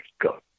go